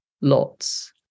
lots